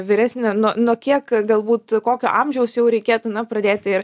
vyresnio nu nuo kiek galbūt kokio amžiaus jau reikėtų na pradėti ir